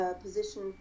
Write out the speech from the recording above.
position